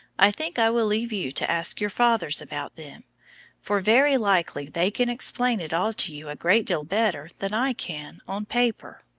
i think i will leave you to ask your fathers about them for very likely they can explain it all to you great deal better than i can on paper.